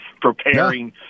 preparing